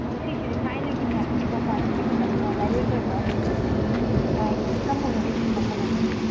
ꯑꯣ ꯁꯤꯁꯤꯗꯤ ꯊꯥꯏꯅꯒꯤꯅꯦ ꯅꯤꯡꯊꯧ ꯄꯥꯜꯂꯤꯉꯩ ꯃꯇꯝꯗ ꯂꯥꯏꯋꯣꯏꯈ꯭ꯔꯕ ꯂꯥꯏꯒꯤ ꯁꯛꯇꯝ ꯑꯣꯏꯔꯕ ꯍꯤ ꯃꯈꯜ ꯑꯃꯅꯦ